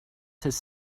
his